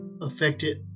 affected